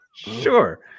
Sure